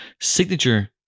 signature